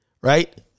Right